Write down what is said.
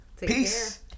peace